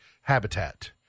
Habitat